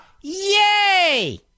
Yay